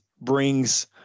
brings